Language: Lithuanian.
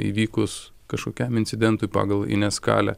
įvykus kažkokiam incidentui pagal ines skalę